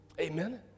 amen